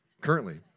currently